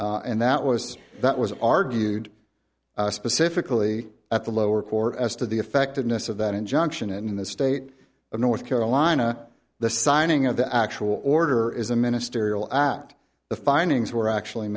and that was that was argued specifically at the lower court as to the effectiveness of that injunction and in the state of north carolina the signing of the actual order is a ministerial act the findings were actually